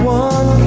one